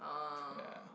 ya